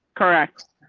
correct.